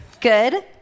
good